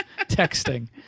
texting